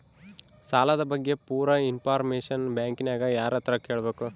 ಸಾಲದ ಬಗ್ಗೆ ಪೂರ ಇಂಫಾರ್ಮೇಷನ ಬ್ಯಾಂಕಿನ್ಯಾಗ ಯಾರತ್ರ ಕೇಳಬೇಕು?